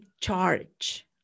charge